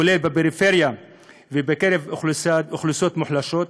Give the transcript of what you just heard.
כולל בפריפריה ובקרב אוכלוסיות מוחלשות,